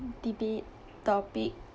debate topic